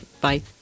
Bye